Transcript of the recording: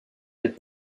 elles